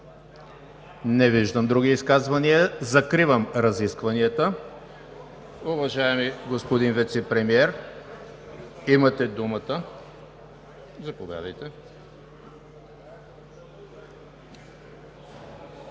Не виждам. Други изказвания? Не виждам. Закривам разискванията. Уважаеми господин Вицепремиер, имате думата – заповядайте.